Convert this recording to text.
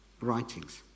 writings